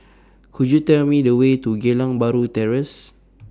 Could YOU Tell Me The Way to Geylang Bahru Terrace